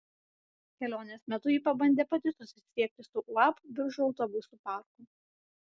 kelionės metu ji pabandė pati susisiekti su uab biržų autobusų parku